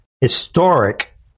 historic